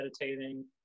meditating